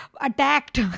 attacked